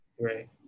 Right